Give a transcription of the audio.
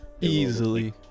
easily